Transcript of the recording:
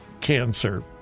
cancer